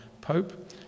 Pope